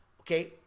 Okay